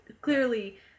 Clearly